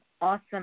Awesome